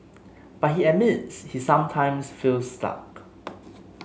but he admits he sometimes feels stuck